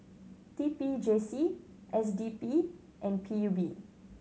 T P J C S D P and P U B